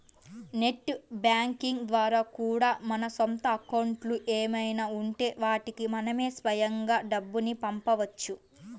net banking ద్వారా కూడా మన సొంత అకౌంట్లు ఏమైనా ఉంటే వాటికి మనమే స్వయంగా డబ్బుని పంపవచ్చు